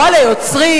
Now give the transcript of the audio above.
יואל חסון מהאופוזיציה,